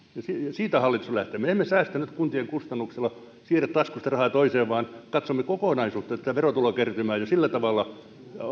siitä hallitus on lähtenyt me emme säästä nyt kuntien kustannuksella siirrä taskusta rahaa toiseen vaan katsomme kokonaisuutta ja tätä verotulokertymää sillä tavalla